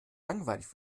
langweilig